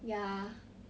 ya